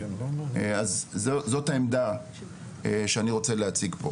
אז זאת העמדה שאני רוצה להציג פה.